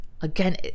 again